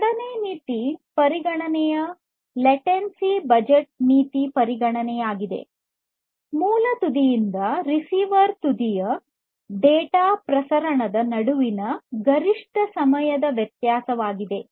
ಎರಡನೆಯ ನೀತಿ ಪರಿಗಣನೆಯು ಲೇಟೆನ್ಸಿ ಬಜೆಟ್ ನೀತಿ ಪರಿಗಣನೆಯಾಗಿದೆ ಮೂಲ ತುದಿಯಿಂದ ರಿಸೀವರ್ ತುದಿಯ ಡೇಟಾ ಪ್ರಸರಣದ ನಡುವಿನ ಗರಿಷ್ಠ ಸಮಯದ ವ್ಯತ್ಯಾಸವಾಗಿದೆ